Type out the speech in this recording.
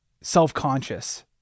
self-conscious